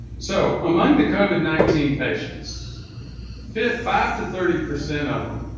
so among the covid nineteen patients five five to thirty percent of them